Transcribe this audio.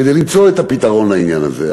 כדי למצוא את הפתרון לעניין הזה.